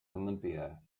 olympia